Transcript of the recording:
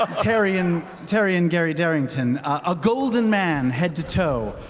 um taryon taryon gary darrington, a golden man, head to toe,